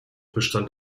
bestand